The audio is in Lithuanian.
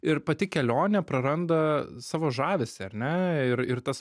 ir pati kelionė praranda savo žavesį ar ne ir ir tas